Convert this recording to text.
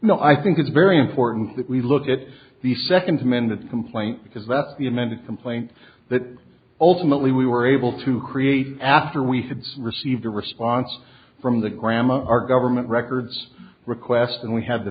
know i think it's very important that we look at the second amended complaint because that's the amended complaint that ultimately we were able to create after we had received a response from the gram our government records request and we have the